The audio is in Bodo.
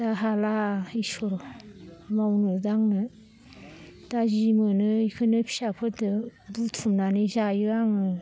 दा हाला इसर मावनो दांनो दा जि मोनो इखोनो फिसाफोरदो बुथुमनानै जायो आङो